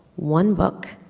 one book,